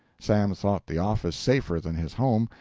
sam thought the office safer than his home,